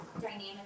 dynamic